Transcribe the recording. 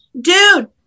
Dude